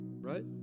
right